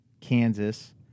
Kansas